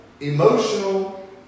emotional